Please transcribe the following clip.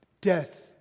death